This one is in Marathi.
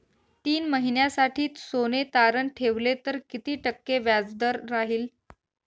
तीन महिन्यासाठी सोने तारण ठेवले तर किती टक्के व्याजदर राहिल?